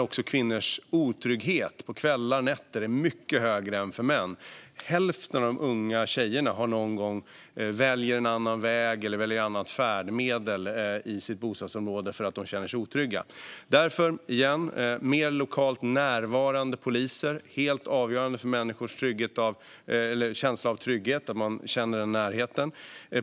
Också otryggheten på kvällar och nätter är mycket högre för kvinnor än för män; hälften av de unga tjejerna har någon gång valt en annan väg eller ett annat färdmedel i sitt bostadsområde för att de har känt sig otrygga. Det är helt avgörande för människors känsla av trygghet att de känner närheten av mer lokalt närvarande poliser.